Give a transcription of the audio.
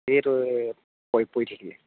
সেইটোৱে প পৰি থাকিলে